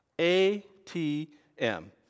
A-T-M